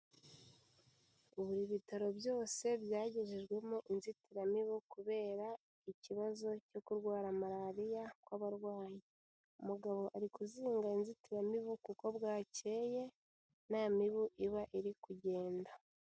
Buri bitaro byose byagejejwemo inzitiramibu kubera ikibazo cyo kurwara malariya kw'abarwayi. Umugabo ari kuzinga inzitiramibu kuko bwakeye nta mibu iba iri kugenda.